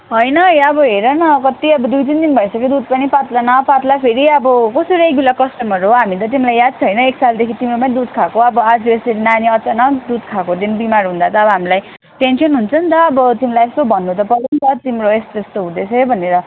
होइन है अब हेर न कति अब दुई तिन दिन भइसक्यो दुध पनि पातला न पातला फेरि अब कस्तो रेगुलर कस्टमरहरू हो हामी त तिमीलाई याद छ होइन एक सालदेखि तिम्रोमै दुध खाएको अब आज यसरी नानी अचानक दुध खाएको दिन बिमार हुँदा त अब हामीलाई टेन्सन हुन्छ नि त अब तिमीलाई यसो भन्नु त पऱ्यो नि त तिम्रो यस्तो यस्तो हुँदैछ है भनेर